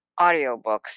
audiobooks